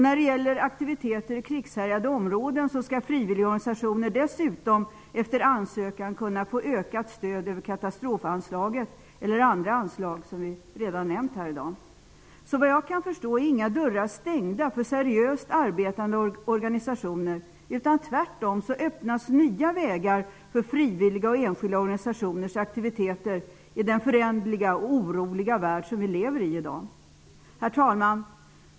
När det gäller aktiviteter i krigshärjade områden skall frivilligorganisationer dessutom efter ansökan kunna få ökat stöd över katastrofanslaget eller andra anslag. Såvitt jag kan förstå, är inga dörrar stängda för seriöst arbetande organisationer, utan tvärtom öppnas nya vägar för frivilliga och enskilda organisationers aktiviteter i den föränderliga och oroliga värld som vi lever i. Herr talman!